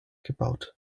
gebaut